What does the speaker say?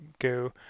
go